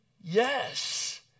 Yes